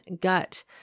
gut